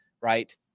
right